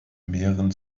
mehren